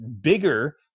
bigger